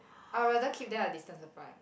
I would rather keep them a distance apart